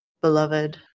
Beloved